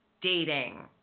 dating